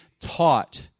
taught